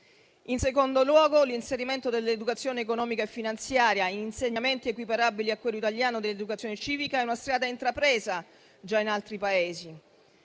In secondo luogo, l'inserimento dell'educazione economica e finanziaria in insegnamenti equiparabili a quello italiano dell'educazione civica è una strada intrapresa già in altri Paesi.